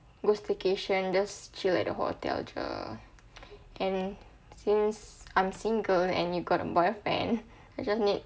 go staycation just chill at the hotel jer and since I'm single and you've got a boyfriend I just need